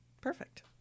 Perfect